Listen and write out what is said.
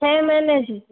छह महीने जी